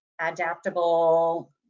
adaptable